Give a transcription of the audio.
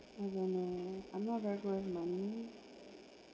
I don't know I'm not very good with money